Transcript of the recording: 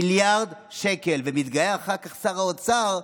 מיליארד שקל, ומתגאה אחר כך שר האוצר: